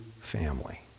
family